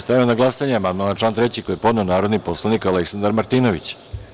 Stavljam na glasanje amandman na član 3. koji je podneo narodni poslanik Aleksandar Martinović.